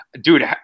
dude